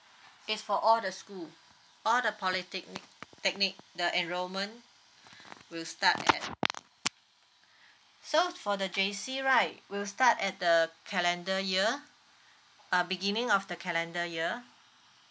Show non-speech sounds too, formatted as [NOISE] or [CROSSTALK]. it's for all the school all the polytechnic the enrollment will start at [BREATH] so for the J_C right will start at the calendar year uh beginning of the calendar year